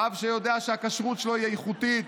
רב שיודע שהכשרות שלו היא איכותית,